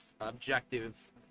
objective